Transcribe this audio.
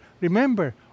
Remember